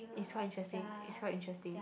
is quite interesting is quite interesting